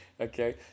Okay